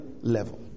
level